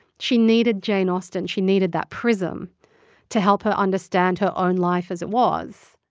she needed jane austen. she needed that prism to help her understand her own life as it was.